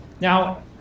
Now